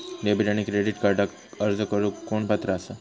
Debit आणि credit कार्डक अर्ज करुक कोण पात्र आसा?